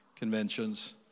Conventions